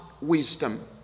wisdom